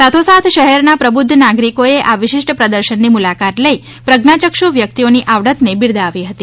સાથોસાથ શહેરના પ્રબુધ્ધ નાગરિકોએ આ વિશિષ્ટ પ્રદર્શનની મુલાકાત લઇ પ્રજ્ઞાયક્ષુ વ્યક્તિઓની આવડતને બિરદાવી હતી